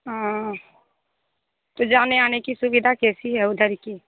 हाँ तो जाने आने की सुविधा कैसी है उधर की